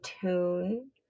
tune